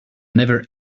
never